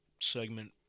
segment